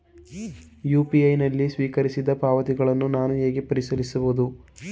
UPI ನಲ್ಲಿ ಸ್ವೀಕರಿಸಿದ ಪಾವತಿಗಳನ್ನು ನಾನು ಹೇಗೆ ಪರಿಶೀಲಿಸುವುದು?